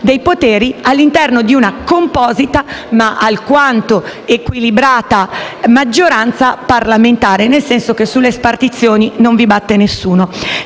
dei poteri all'interno di una composita, ma alquanto equilibrata, maggioranza parlamentare. Nel senso che sulle spartizioni non vi batte nessuno.